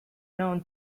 known